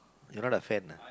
you're not a fan ah